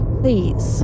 please